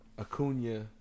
Acuna